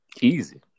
Easy